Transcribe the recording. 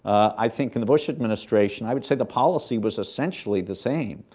i think in the bush administration, i would say the policy was essentially the same.